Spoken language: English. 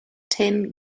ten